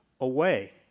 away